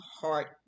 heart